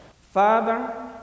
Father